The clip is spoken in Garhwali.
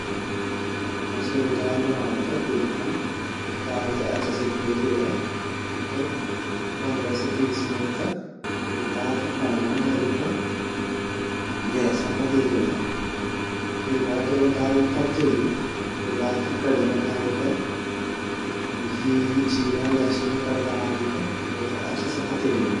मासुरे दाल बडोड़ो ते पहली हम दाल ते अच्छा से द्वे ल्योला फिर पंद्रा से बीस मिनट तक वे दाल ते वे पांडी मा धोरी ते गैस मा पके ल्योला वेगा बाद दाल जब पक जोली वे दाल ते कढ़े मा ढ़ाई ते घी जीरा लहसुनो तड़का मरी ते वेते अच्छा से पके ल्योला।